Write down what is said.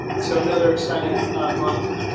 so another exciting month,